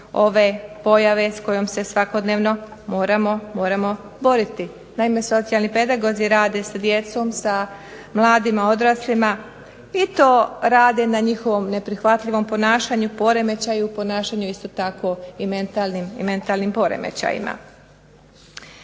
ove pojave s kojom se svakodnevno moramo boriti. Naime, socijalni pedagozi rade sa djecom, sa mladima, odraslima i to rade na njihovom neprihvatljivom ponašanju, poremećaju u ponašanju isto tako i mentalnim poremećajima.